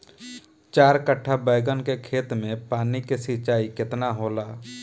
चार कट्ठा बैंगन के खेत में पानी के सिंचाई केतना होला?